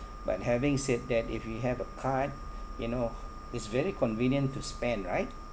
but having said that if you have a card you know it's very convenient to spend right